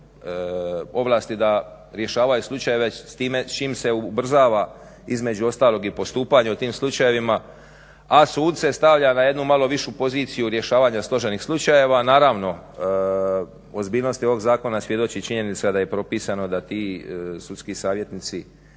ovlasti da rješavaju slučajeve s čim se ubrzava između ostalog i postupanje u tim slučajevima, a suce stavlja na jednu malo višu poziciju rješavanja složenih slučajeva. Naravno, ozbiljnosti ovog zakona svjedoči činjenica da je propisano da ti sudski savjetnici